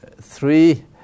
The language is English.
three